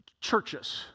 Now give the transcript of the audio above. Churches